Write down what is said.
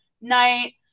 night